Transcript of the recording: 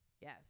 Yes